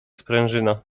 sprężyna